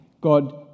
God